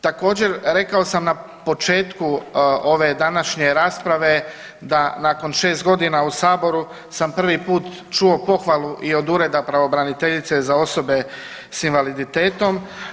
Također rekao sam na početku ove današnje rasprave da nakon 6 godina u saboru sam prvi put čuo pohvalu i od Ureda pravobraniteljice za osobe s invaliditetom.